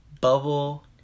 bubble